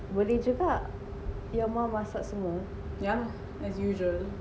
boleh jugak your mom masak semua